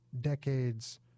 decades